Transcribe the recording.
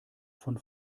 von